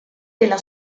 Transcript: della